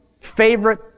favorite